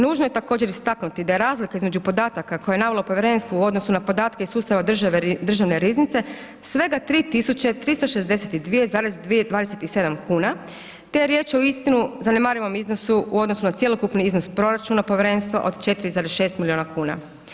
Nužno je također istaknuti da je razlika između podataka koje je navelo povjerenstvo u odnosu na podatke iz sustava Državne riznice, svega 3362,27 kn te je riječ o uistinu zanemarivom iznosu u odnosu na cjelokupni iznos proračuna povjerenstva od 4,6 milijuna kuna.